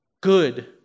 good